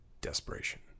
desperation